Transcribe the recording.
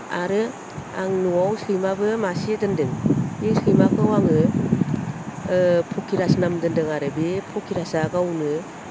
आरो आं न'आव सैमाबो मासे दोन्दों बे सैमाखौ आङो फकिरास नाम दोन्दों आरो बे फकिरासआ गावनो